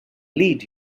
lead